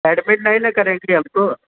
admit नहीं न करेंगी हमको